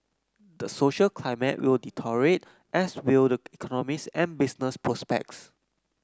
the social climate will deteriorate as will the economies and business prospects